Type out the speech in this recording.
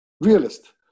realist